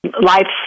life